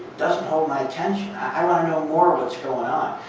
doesn't hold my attention. i want to know more of what's going on.